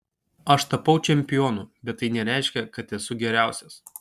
aš tapau čempionu bet tai nereiškia kad esu geriausias